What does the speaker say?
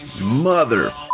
Mother